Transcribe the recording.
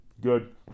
good